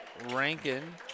Rankin